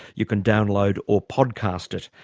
you can download or podcast it.